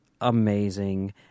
amazing